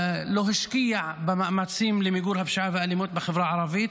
לא השקיע מאמצים למיגור הפשיעה והאלימות בחברה הערבית.